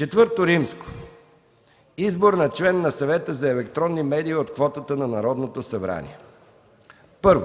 имена. ІV. Избор на член на Съвета за електронни медии от квотата на Народното събрание 1.